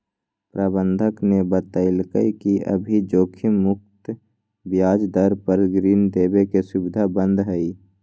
प्रबंधक ने बतल कई कि अभी जोखिम मुक्त ब्याज दर पर ऋण देवे के सुविधा बंद हई